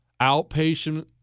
outpatient